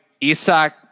Isak